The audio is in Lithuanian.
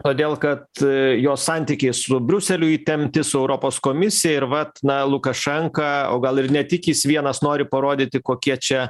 todėl kad jos santykiai su briuseliu įtempti su europos komisija ir vat na lukašenka o gal ir ne tik jis vienas nori parodyti kokie čia